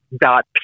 dot